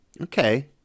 Okay